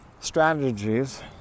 strategies